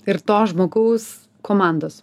ir to žmogaus komandos